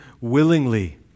willingly